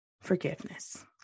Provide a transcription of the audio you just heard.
forgiveness